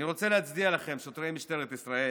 אני רוצה להצדיע לכם, שוטרי משטרת ישראל,